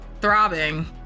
throbbing